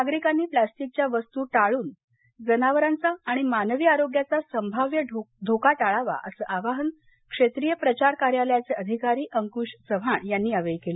नागरिकांनी प्लास्टिकच्या वस्तू टाळून जनावरांचा आणि मानवी आरोग्याचा संभाव्य धोका टाळावा असं आवाहन क्षेत्रीय प्रचार कार्यालयाचे अधिकारी अंकुश चव्हाण यांनी यावेळी केलं